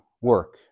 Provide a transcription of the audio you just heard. work